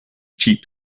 cheap